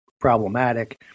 problematic